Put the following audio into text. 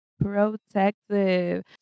protective